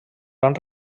van